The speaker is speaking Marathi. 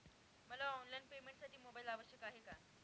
मला ऑनलाईन पेमेंटसाठी मोबाईल आवश्यक आहे का?